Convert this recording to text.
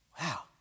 Wow